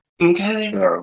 okay